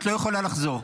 את לא יכולה לחזור.